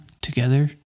together